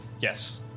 Yes